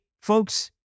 folks